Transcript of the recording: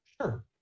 Sure